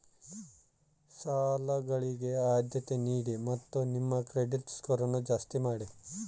ಸಾಲಗಳಿಗೆ ಆದ್ಯತೆ ನೀಡಿ ಮತ್ತು ನಿಮ್ಮ ಕ್ರೆಡಿಟ್ ಸ್ಕೋರನ್ನು ಜಾಸ್ತಿ ಮಾಡಿ